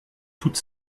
toute